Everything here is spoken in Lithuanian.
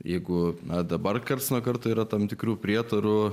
jeigu na dabar karts nuo karto yra tam tikrų prietarų